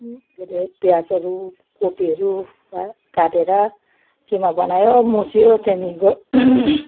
के अरे प्याजहरू कोपीहरू काटेर किमा बनायो मुस्यो त्यहाँदेखिको